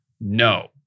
no